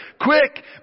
quick